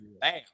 Bam